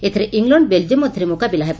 ଏଥିରେ England Belgium ମଧ୍ଧରେ ମୁକାବିଲା ହେବ